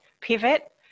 pivot